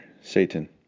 Satan